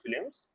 films